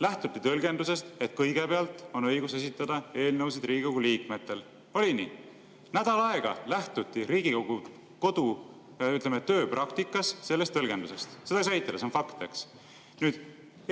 Lähtuti tõlgendusest, et kõigepealt on õigus esitada eelnõusid Riigikogu liikmetel. Oli nii? Nädal aega lähtuti Riigikogu tööpraktikas sellest tõlgendusest. Seda ei saa eitada, see on fakt. Aga